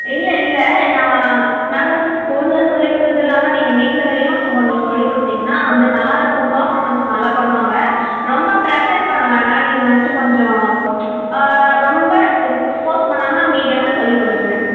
இல்லை இல்லை நாங்கள் ஸ்கூலில் சொல்லிக் கொடுக்கறது இல்லாமல் நீங்கள் வீட்லேயும் ஸோ கொஞ்சம் சொல்லிக் கொடுத்திங்கனா வந்து நல்லா இருக்கும் பெர்ஃபார்மன்ஸ் நல்லா பண்ணுவாங்க ரொம்ப ப்ரஷர் பண்ண வேணாம் நீங்கள் வந்துவிட்டு கொஞ்சம் ரொம்ப ஃபோர்ஸ் பண்ணாமல் மீடியமாக சொல்லிக் கொடுங்க